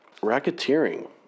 racketeering